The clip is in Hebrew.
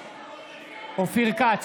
נגד אופיר כץ,